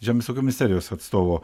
žemės ūkio ministerijos atstovo